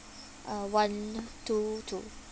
uh one two two